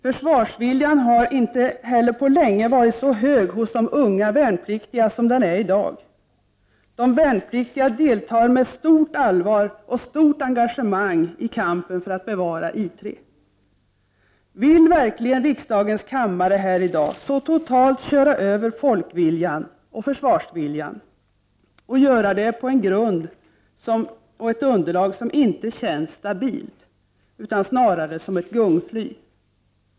Försvarsviljan har inte heller på länge varit så hög hos de unga värnpliktiga som den är i dag. De värnpliktiga deltar med stort allvar och engagemang i kampen för att bevara I 3. Vill verkligen riksdagens kammare här i dag så totalt köra över folkviljan och försvarsviljan, och göra det på en grund, ett underlag som inte känns stabilt, utan snarare som ett gungfly?